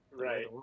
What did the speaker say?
right